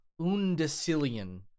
undecillion